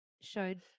showed